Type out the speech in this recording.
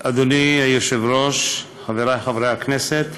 אדוני היושב-ראש, חברי חברי הכנסת,